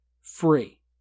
free